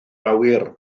awyr